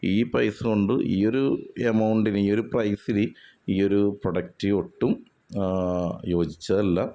ഈ പൈസ കൊണ്ട് ഈ ഒരു എമൗണ്ടിന് ഈ ഒരു പ്രൈസിന് ഈ ഒരു പ്രൊഡക്റ്റ് ഒട്ടും യോജിച്ചതല്ല